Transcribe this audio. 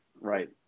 right